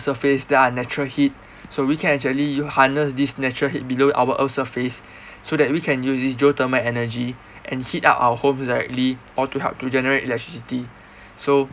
surface there are natural heat so we can actually harness this natural heat below our earth surface so that we can use its geothermal energy and heat up our homes directly or to help to generate electricity so